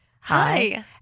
Hi